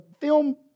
film